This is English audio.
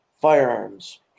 firearms